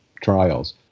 trials